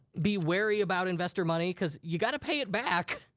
be wary about investor money, cause you gotta pay it back.